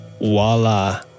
voila